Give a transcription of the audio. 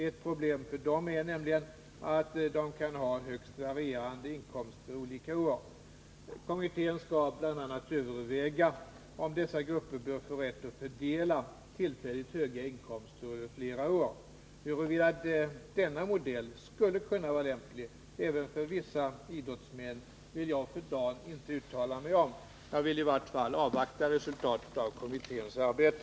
Ett problem för dessa är nämligen att de kan ha högst varierande inkomster olika år. Kommittén skall bl.a. överväga om dessa grupper bör få rätt att fördela tillfälligt höga inkomster över flera år. Huruvida denna modell skulle kunna vara lämplig även för vissa idrottsmän vill jag för dagen inte uttala mig om. Jag vill i vart fall avvakta resultatet av kommitténs arbete.